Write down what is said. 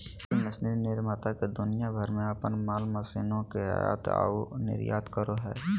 कृषि मशीनरी निर्माता दुनिया भर में अपन माल मशीनों के आयात आऊ निर्यात करो हइ